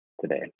today